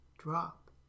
drop